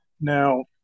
Now